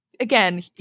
again